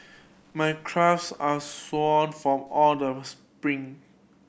my calves are sore from all the sprint